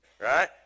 right